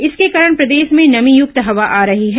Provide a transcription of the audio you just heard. इसके कारण प्रदेश में नमीयुक्त हवा आ रही है